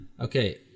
Okay